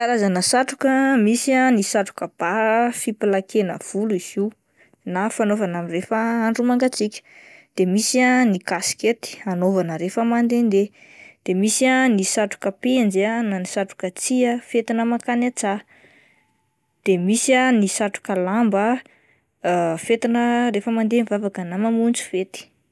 Karazana satroka misy ah ny satroka bà fiplakena volo izy io na fanaovana amin'ny rehefa andro mangatsiaka de misy ah ny kasikety anaovana rehefa mandendeha ,de misy ah ny satroka penjy na ny satroka tsihy ah fentina makany an-tsaha, de misy ny satroka lamba fetina rehefa mandeha mivavaka na mamonjy fety.